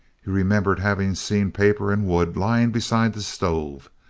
he remembered having seen paper and wood lying beside the stove.